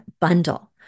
bundle